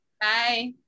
bye